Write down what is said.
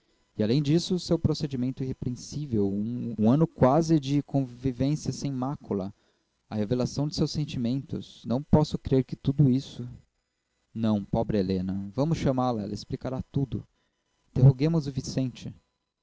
e além disso seu procedimento irrepreensível um ano quase de convivência sem mácula a elevação de seus sentimentos não posso crer que tudo isso não pobre helena vamos chamá-la ela explicará tudo interroguemos o vicente